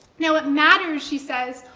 now, it matters, she says,